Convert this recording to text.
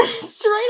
straight